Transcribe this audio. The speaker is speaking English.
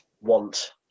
want